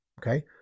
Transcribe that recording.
Okay